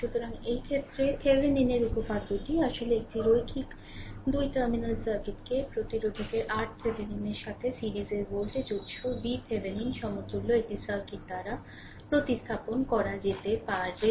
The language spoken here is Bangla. সুতরাং এখন এই ক্ষেত্রে থেভেনিনের উপপাদ্যটি আসলে একটি রৈখিক 2 টার্মিনাল সার্কিটকে প্রতিরোধকের RTheveninএর সাথে সিরিজে ভোল্টেজ উত্স VThevenin সমতুল্য একটি সার্কিট দ্বারা প্রতিস্থাপন করা যেতে পারে